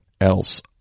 else